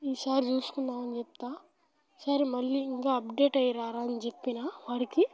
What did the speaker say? ఈసారి చూసుకుందాం అని చెప్తాను ఈసారి మళ్ళీ ఇంకా అప్డేట్ అయ్యిరారా అని చెప్పినా వాడికి